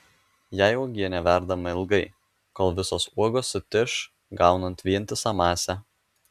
jei uogienė verdama ilgai kol visos uogos sutiš gaunant vientisą masę